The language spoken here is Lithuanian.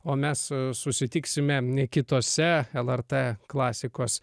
o mes susitiksime kitose lrt klasikos